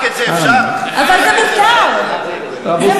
אנא